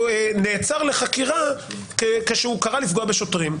נעצר לחקירה כשהוא קרא לפגוע בשוטרים.